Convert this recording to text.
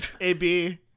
Ab